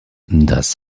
das